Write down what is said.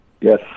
Yes